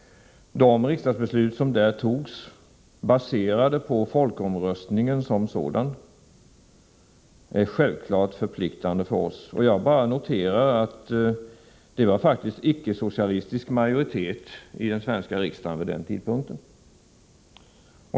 Dessa riksdagsbeslut, baserade på folkomröstningen, är självklart förpliktande för oss. Jag bara noterar att det faktiskt var icke-socialistisk majoritet i den svenska riksdagen vid den tidpunkten.